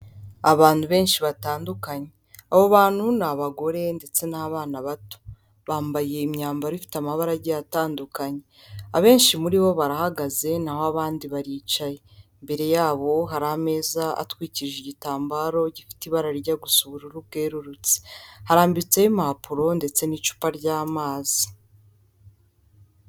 Abantu benshi batandukanye. Abo bantu ni abagore ndetse n'abana bato. Bambaye imyambaro ifite amabara agiye atandukanye. Abenshi muri bo barahagaze naho abandi baricaye. Imbere yabo hari ameza atwikirije igitambaro gifite ibara rijya gusa ubururu bwerurutse, harambitseho impapuro ndetse n'icupa ry'amazi.